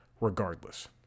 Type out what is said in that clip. regardless